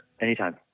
Anytime